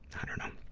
i don't know.